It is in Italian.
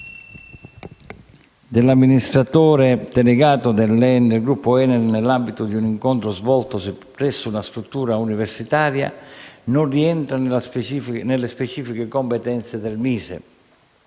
rese dall'amministratore delegato del gruppo ENEL, nell'ambito di un incontro svoltosi presso una struttura universitaria, non rientra nelle specifiche competenze del MISE,